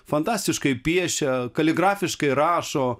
fantastiškai piešia kaligrafiškai rašo